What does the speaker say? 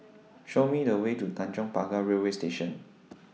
Show Me The Way to Tanjong Pagar Railway Station